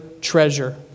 treasure